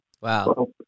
Wow